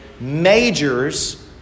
majors